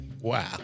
wow